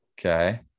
Okay